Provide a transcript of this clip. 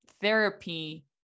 therapy